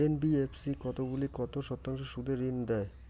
NBFC কতগুলি কত শতাংশ সুদে ঋন দেয়?